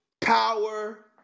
Power